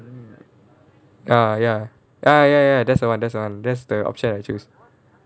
ah ya ah ya ya that's the [one] that's the [one] that's the option I choose